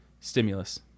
stimulus